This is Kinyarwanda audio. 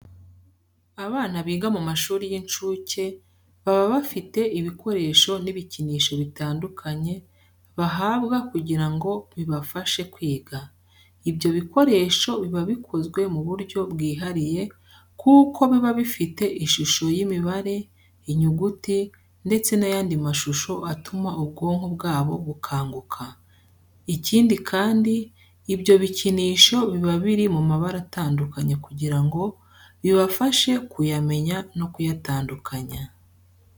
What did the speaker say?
Abana biga mu mashuri y'incuke baba bafite ibikoresho n'ibikinisho bitandukanye bahabwa kugira ngo bibafashe kwiga. Ibyo bikoresho biba bikozwe mu buryo bwihariye kuko biba bifite ishusho y'imibare, inyuguti ndetse n'ayandi mashusho atuma ubwonko bwabo bukanguka. Ikindi kandi, ibyo bikinisho biba biri mu mabara atandukanye kugira ngo bibafashe kuyamenya no kuyatandukanya.